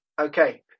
Okay